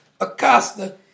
Acosta